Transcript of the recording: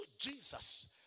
Jesus